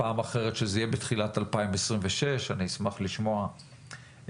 פעם אחרת שזה יהיה בתחילת 2026. אשמח לשמוע את